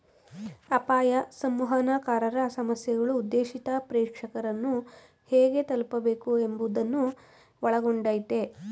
ಅಪಾಯ ಸಂವಹನಕಾರರ ಸಮಸ್ಯೆಗಳು ಉದ್ದೇಶಿತ ಪ್ರೇಕ್ಷಕರನ್ನು ಹೇಗೆ ತಲುಪಬೇಕು ಎಂಬುವುದನ್ನು ಒಳಗೊಂಡಯ್ತೆ